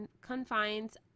confines